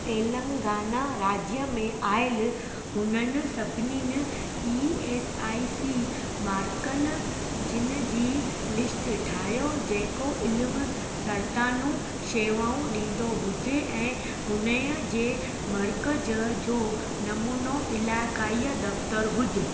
तेलंगाना राज्य में आयलु उन्हनि सभिनीनि ई एस आई सी मर्कज़नि जी लिस्ट ठाहियो जेको इल्मु सर्तानु शेवाऊं ॾींदो हुजे ऐं हुन ऐं जे मर्कज़ जो नमूनो इलाइक़ाई दफ़्तरु हुजे